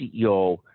CEO